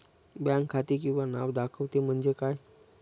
Bank खाते किंवा नाव दाखवते म्हणजे काय?